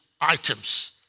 items